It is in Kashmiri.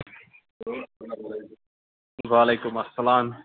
وعلیکُم اَسلام